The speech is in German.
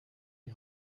die